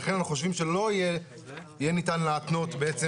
לכן אנחנו חושבים שלא יהיה ניתן להתנות בעצם